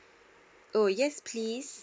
oh yes please